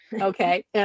Okay